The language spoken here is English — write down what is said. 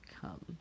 come